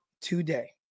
today